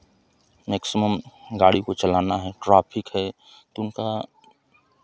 maximum गाड़ी को चलाना है ट्रैफिक है तो उनका